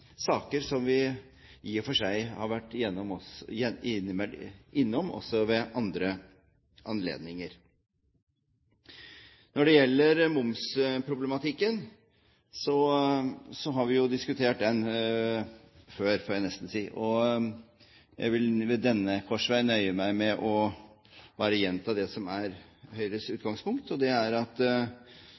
saker som vi i og for seg har vært innom også ved andre anledninger. Når det gjelder momsproblematikken, har vi jo diskutert den før, får jeg nesten si. Jeg vil ved denne korsvei nøye meg med bare å gjenta det som er Høyres utgangspunkt. Det er at